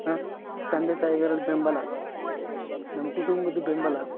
ಹಾಂ ತಂದೆ ತಾಯಿಗಳ ಬೆಂಬಲ ನಮ್ಮ ಕುಟುಂಬದ ಬೆಂಬಲ